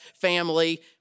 family